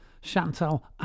Chantal